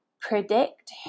predict